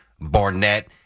Barnett